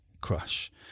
crush